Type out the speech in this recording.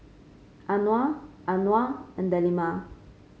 Anuar Anuar and Delima